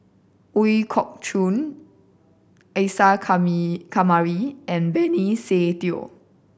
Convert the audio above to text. Ooi Kok Chuen Isa Kamari and Benny Se Teo